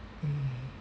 mm